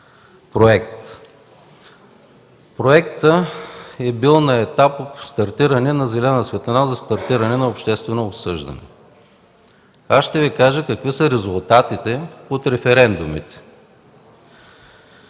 Проектът е бил на етап зелена светлина за стартиране на обществено обсъждане. Аз ще Ви кажа какви са резултатите от референдумите